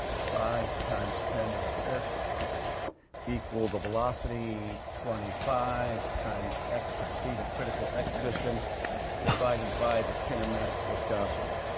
five times ten to the fifth equals the velocity, twenty five times x sub c, the critical x distance divided by the kinematic viscosity.